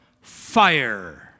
fire